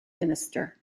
minister